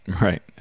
Right